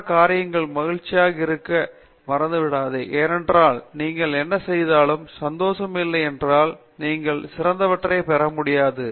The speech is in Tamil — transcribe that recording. மற்ற காரியம் மகிழ்ச்சியாக இருக்க மறந்துவிடாதே ஏனென்றால் நீங்கள் என்ன செய்தாலும் சந்தோஷமாக இல்லையென்றால் நீங்கள் சிறந்தவற்றைப் பெற முடியாது